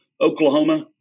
Oklahoma